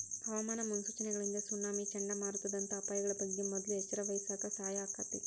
ಹವಾಮಾನ ಮುನ್ಸೂಚನೆಗಳಿಂದ ಸುನಾಮಿ, ಚಂಡಮಾರುತದಂತ ಅಪಾಯಗಳ ಬಗ್ಗೆ ಮೊದ್ಲ ಎಚ್ಚರವಹಿಸಾಕ ಸಹಾಯ ಆಕ್ಕೆತಿ